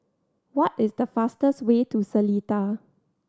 what is the fastest way to Seletar